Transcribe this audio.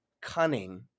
cunning